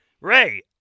Ray